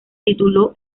tituló